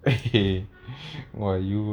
okay !wah! you